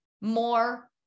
more